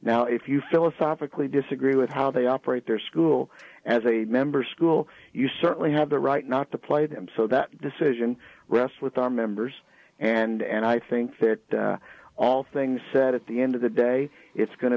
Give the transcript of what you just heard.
now if you philosophically disagree with how they operate their school as a member school you certainly have the right not to play them so that decision rests with our members and i think that all things said it the end of the day it's go